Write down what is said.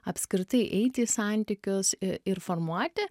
apskritai eiti į santykius i ir formuoti